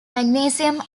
magnesium